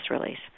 release